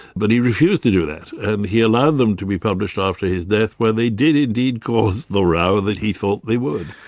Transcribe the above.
but he refused to do that, and he allowed them to be published after his death where they did indeed cause the row that he thought they would.